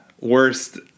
worst